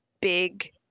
big